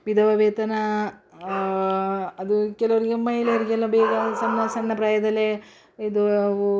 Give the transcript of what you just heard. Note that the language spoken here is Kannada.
ವಿಧವಾವೇತನಾ ಅದು ಕೆಲವರಿಗೆ ಮಹಿಳೆಯರಿಗೆಲ್ಲ ಬೇಗ ಸಣ್ಣ ಸಣ್ಣ ಪ್ರಾಯದಲ್ಲೇ ಇದು